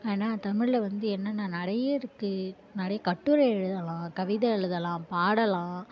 ஏன்னா தமிழில் வந்து என்னென்ன நிறைய இருக்குது நிறைய கட்டுரை எழுதலாம் கவிதை எழுதலாம் பாடலாம்